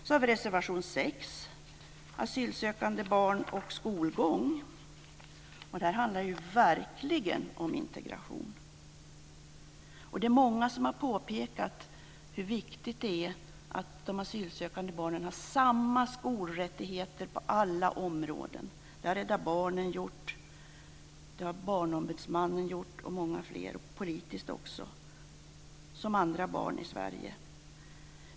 Så har vi reservation 6 om asylsökande barn och skolgång. Här handlar det verkligen om integration. Det är många som har påpekat hur viktigt det är att de asylsökande barnen har samma skolrättigheter på alla områden som andra barn i Sverige. Det har Rädda Barnen och Barnombudsmannen gjort och många fler har gjort det politiskt också.